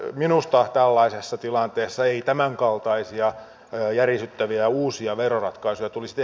minusta tällaisessa tilanteessa ei tämänkaltaisia järisyttäviä uusia veroratkaisuja tulisi